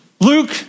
Luke